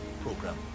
Program